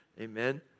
Amen